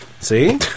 See